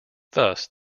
thus